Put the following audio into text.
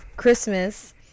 Christmas